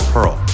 Pearl